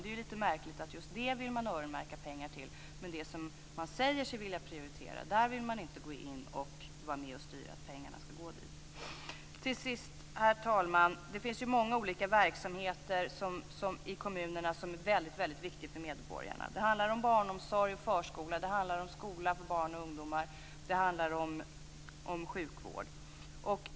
Det är märkligt att man vill öronmärka pengar till det men inte vill styra pengarna till det som man säger sig vilja prioritera. Herr talman! Det finns många olika verksamheter i kommunerna som är väldigt viktiga för medborgarna. Det handlar om barnomsorg och förskola, om skola för barn och ungdomar, om sjukvård.